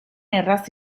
erraz